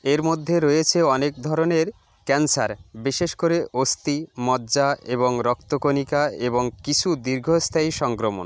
এর মধ্যে রয়েছে অনেক ধরনের ক্যান্সার বিশেষ করে অস্থি মজ্জা এবং রক্তকণিকা এবং কিছু দীর্ঘস্থায়ী সংক্রমণ